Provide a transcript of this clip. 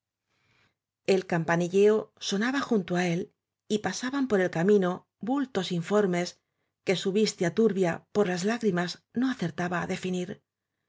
el campanilleo sonaba junto á él y pasaban por el camino bultos informes que su vista turbia por las lágrimas no acertaba á definir